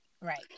right